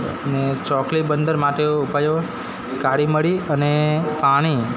અને ચોકલી બંદર માટે ઉપાયો કાળી મરી અને પાણી